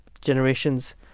generations